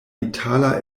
itala